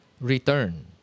return